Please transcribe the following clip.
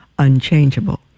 unchangeable